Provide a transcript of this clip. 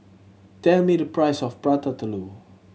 tell me the price of Prata Telur